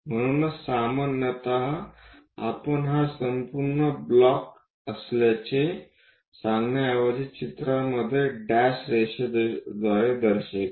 म्हणूनच सामान्यत आपण हा संपूर्ण ब्लॉक असल्याचे सांगण्याऐवजी चित्रामध्ये डॅश रेषेद्वारे दर्शवितो